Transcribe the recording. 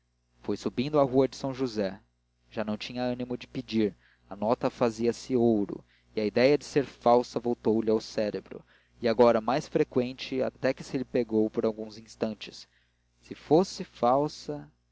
foi subindo a rua de são josé já não tinha ânimo de pedir a nota fazia-se ouro e a ideia de ser falsa voltou-lhe ao cérebro e agora mais frequente até que se lhe pegou por alguns instantes se fosse falsa